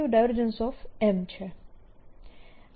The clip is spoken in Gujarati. M છે